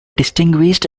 distinguished